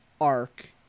arc